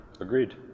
Agreed